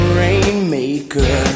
rainmaker